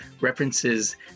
references